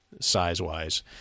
size-wise